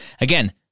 again